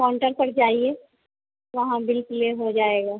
counter पर जाइए वहाँ बिल प्ले हो जाएगा